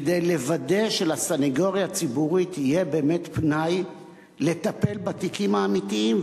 כדי לוודא שלסניגוריה הציבורית יהיה באמת פנאי לטפל בתיקים האמיתיים,